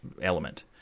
element